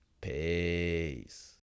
peace